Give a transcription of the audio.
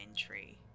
entry